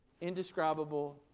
indescribable